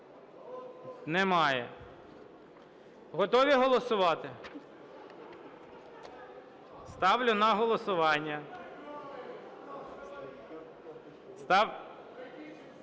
Немає. Готові голосувати? Ставлю на голосування